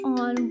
on